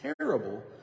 terrible